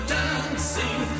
dancing